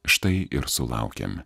štai ir sulaukėm